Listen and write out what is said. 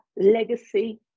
legacy